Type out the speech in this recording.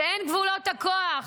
שאין גבולות לכוח,